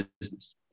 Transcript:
business